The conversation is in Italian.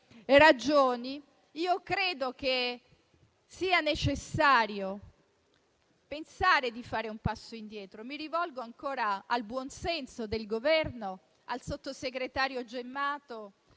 ragioni, io credo sia necessario pensare di fare un passo indietro. Mi rivolgo ancora al buon senso del Governo, al sottosegretario Gemmato